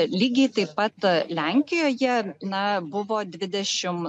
lygiai taip pat lenkijoje na buvo dvidešim